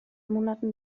monaten